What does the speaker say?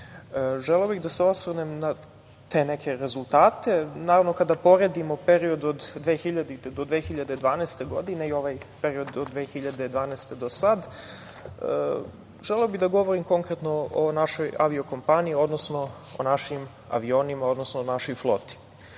bih da se osvrnem na te neke rezultate. Naravno, kada poredimo period od 2000. do 2012. godine i ovaj period od 2012. godine do sad, želeo bih da govorim konkretno o našoj avio-kompaniji, odnosno o našim avionima, odnosno o našoj floti.